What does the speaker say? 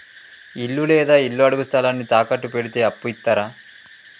ఇల్లు లేదా ఇళ్లడుగు స్థలాన్ని తాకట్టు పెడితే అప్పు ఇత్తరా?